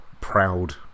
proud